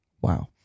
wow